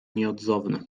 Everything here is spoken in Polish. nieodzowny